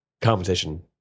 Competition